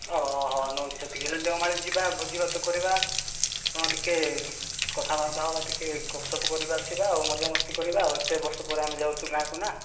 ଓହୋ ହୋ ନେଉଛି ସେତିକି ହେଲେ ଦେଓମାଳି ଯିବା ଭୋଜିଭାତ କରିବା ଶୁଣ ଟିକେ କଥାବାର୍ତ୍ତା ହେବା ଟିକେ ଗପସପ କରିବା ଆସିବା ଆଉ ମଜାମସ୍ତି କରିବା ଆଉ ଏତେ ବର୍ଷ ପରେ ଆମେ ଯାଉଛୁ ଗାଁକୁ ନା